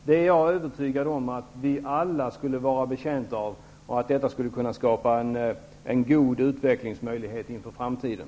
Jag är övertygad om att vi alla skulle vara betjänta av det och att det skulle kunna skapa en god utvecklingsmöjlighet inför framtiden.